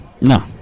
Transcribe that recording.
No